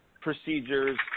procedures